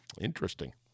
interesting